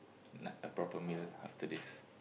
like a proper meal after this